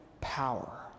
power